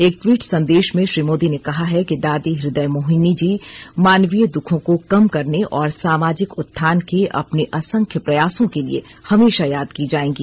एक ट्वीट संदेश में श्री मोदी ने कहा है कि दादी हृदयमोहिनी जी मानवीय दुखों को कम करने और सामाजिक उत्थान के अपने असंख्य प्रयासों के लिए हमेशा याद की जाएंगी